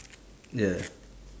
ya